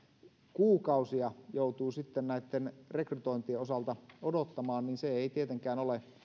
kuukausia joutuu sitten näitten rekrytointien osalta odottamaan niin se ei tietenkään ole